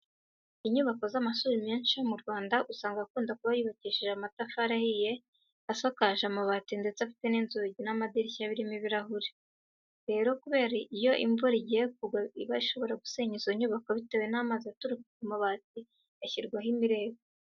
Inyubako z'amashuri menshi ya hano mu Rwanda usanga akunda kuba yubakishije amatafari ahiye, asakaje amabati ndetse afite n'inzugi n'amadirishya birimo ibirahure. Rero kubera ko iyo imvura iguye iba ishobora gusenya izo nyubako bitiwe n'amazi aturuka ku mabati hashyirwaho imireko.